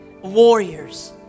warriors